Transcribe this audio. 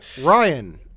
Ryan